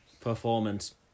...performance